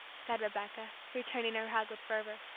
said rebecca, returning her hug with fervor.